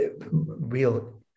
real